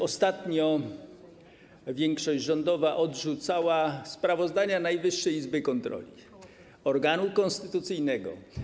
Ostatnio większość rządowa odrzucała sprawozdania Najwyższej Izby Kontroli, organu konstytucyjnego.